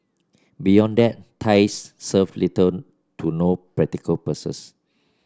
beyond that ties serve little to no practical